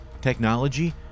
Technology